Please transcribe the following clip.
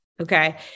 Okay